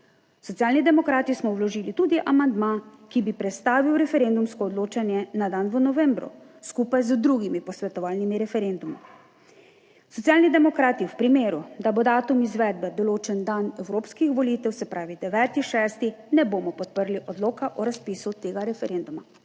Socialni demokrati smo vložili tudi amandma, ki bi prestavil referendumsko odločanje na dan v novembru, skupaj z drugimi posvetovalnimi referendumi. Socialni demokrati v primeru, da bo datum izvedbe določen dan evropskih volitev, se pravi 9. 6., ne bomo podprli odloka o razpisu tega referenduma.